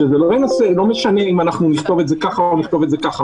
שזה לא משנה אם אנחנו נכתוב את זה ככה או נכתוב את זה ככה,